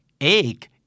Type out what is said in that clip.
egg